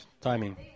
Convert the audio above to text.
Timing